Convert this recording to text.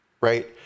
Right